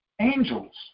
angels